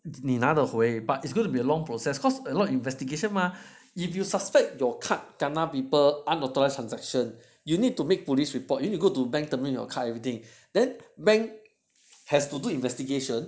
你拿得回 but it's gonna be a long process cause a lot of investigation mah if you suspect your card kena people unauthorized transaction you need to make police report you need to go to bank terminate your card everything then bank has to do investigation